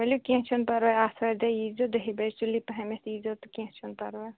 ؤلِو کیٚنٛہہ چھُنہٕ پَرٕواے آتھوارِ دۅہ یی زیٚو دَہہِ بَجہِ سُلی پَہم یی زیٚو تہٕ کیٚنٛہہ چھُنہٕ پَرٕواے